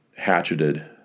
hatcheted